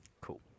Cool